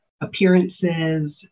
appearances